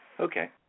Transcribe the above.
Okay